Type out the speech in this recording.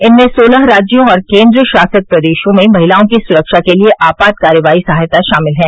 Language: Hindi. इनमें सोलह राज्यों और केन्द्र शासित प्रदेशों में महिलाओं की सुरक्षा के लिए आपात कार्रवाई सहायता शामिल हैं